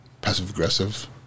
passive-aggressive